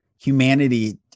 humanity